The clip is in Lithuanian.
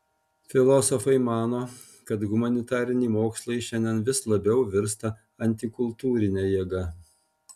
filosofai mano kad humanitariniai mokslai šiandien vis labiau virsta antikultūrine jėga